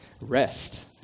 Rest